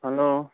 hello